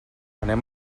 anem